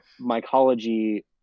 mycology